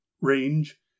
range